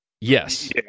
Yes